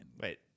Wait